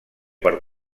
per